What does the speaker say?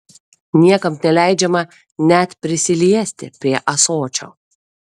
niekam neleidžiama net prisiliesti prie ąsočio